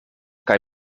kaj